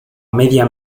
media